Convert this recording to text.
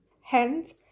Hence